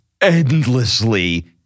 endlessly